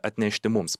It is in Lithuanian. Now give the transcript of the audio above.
atnešti mums